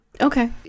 Okay